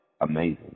amazing